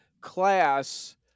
class